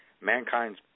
mankind's